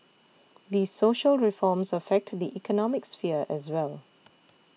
the social reforms affectly economic sphere as well